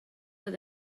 oedd